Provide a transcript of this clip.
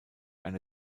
eine